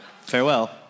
farewell